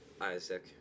Isaac